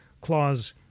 Clause